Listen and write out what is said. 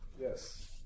Yes